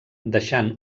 deixant